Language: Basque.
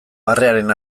barrearen